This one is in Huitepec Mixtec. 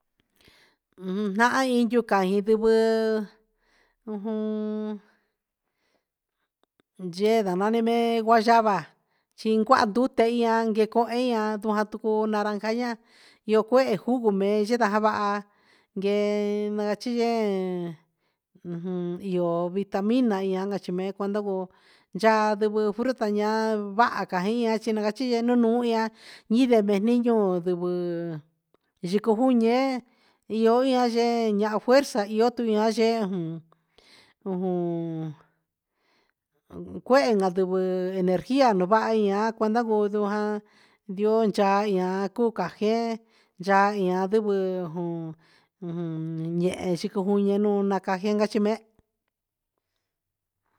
Nahan in yuu ca ndivɨ ujun yee nda me me guayava chi cuaha ndute ian gui cohi ian jatu cuu naranja iyo cuehe jugo mee ye nda javaha guee maa chi yee ujun io vitamina ian cachi mee cua ndivɨ yaa ndivɨ fruta cuu ru ta a vaha caa na cachi yee nuun nuun ian inde ndivɨ yucu vii yee io ia yee iyo tu yee ahan fuerza iyo tuyee uju cuehe nandivɨ cuhe gandivɨ energa un vahi cuenda budu jan ndio cha ian cuca jian ya ian ndivɨ ujun yehe xico juun enu nacaje un me je.